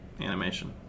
animation